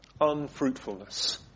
Unfruitfulness